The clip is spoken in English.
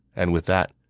and with that,